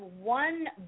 one